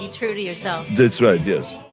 true to yourself. that's right yes.